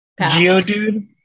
Geodude